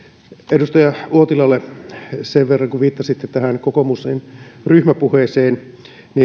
edustaja uotilalle sen verran kun viittasitte tähän kokoomuksen ryhmäpuheeseen